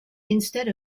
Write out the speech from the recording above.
instead